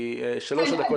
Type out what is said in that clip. כי שלוש הדקות תמו.